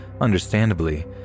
understandably